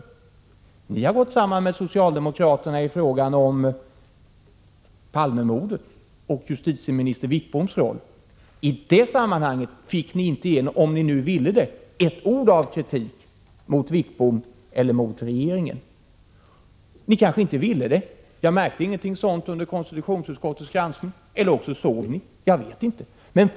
Ni har gått samman med socialdemokraterna i frågan om Palmemordet och justitieminister Wickboms roll. I det sammanhanget fick ni inte in ett ord av kritik mot Wickbom eller mot regeringen — om ni nu ville det. Ni kanske inte ville det — jag märkte då ingen sådan vilja under konstitutionsutskottets granskning — eller också sov ni; jag vet inte vilket.